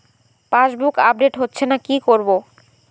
Passbook update হচ্ছেনা কি করবো?